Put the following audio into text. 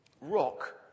Rock